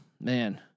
man